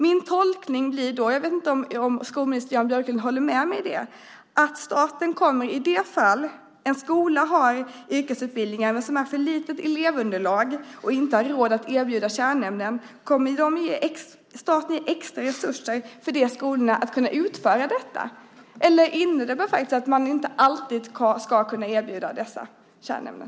Min tolkning blir då - jag vet inte om skolminister Jan Björklund håller med mig - att staten i de fall en skola har yrkesutbildning med ett för litet elevunderlag och inte har råd att erbjuda kärnämnena ska ge extra resurser till den skolan. Innebär det att man inte alltid ska kunna erbjuda dessa kärnämnen?